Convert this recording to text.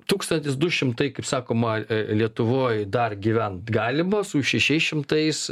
tūkstantis du šimtai kaip sakoma lietuvoj dar gyvent galima su šešiais šimtais